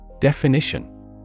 Definition